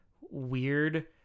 weird